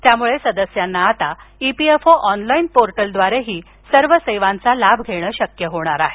यामुळे सदस्यांना आता ईपीएफओ ऑनलाईन पोर्टलद्वारेही सर्व सेवांचा लाभ घेणे शक्य होणार आहे